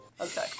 Okay